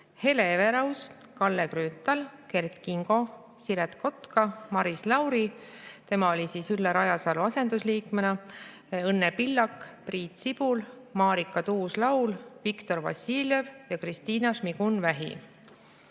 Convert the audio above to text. Hele Everaus, Kalle Grünthal, Kert Kingo, Siret Kotka, Maris Lauri – tema oli Ülle Rajasalu asendusliikmena –, Õnne Pillak, Priit Sibul, Marika Tuus-Laul, Viktor Vassiljev ja Kristina Šmigun-Vähi.